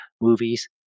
movies